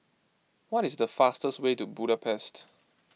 what is the fastest way to Budapest